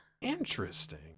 Interesting